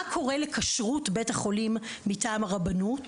מה קורה לכשרות בית החולים מטעם הרבנות?